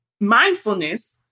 mindfulness